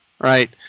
right